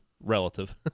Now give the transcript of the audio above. relative